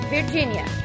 Virginia